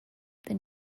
then